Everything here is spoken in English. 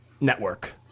network